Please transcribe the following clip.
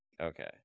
Okay